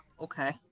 Okay